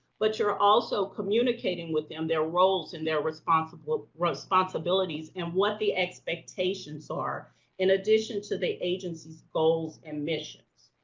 but you're also communicating with them their roles and their responsible, responsibilities and what the expectations are in addition to the agency's goals and missions.